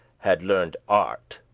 had learned art,